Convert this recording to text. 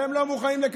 מקבלים.